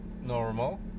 normal